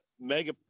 mega